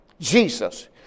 Jesus